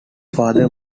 father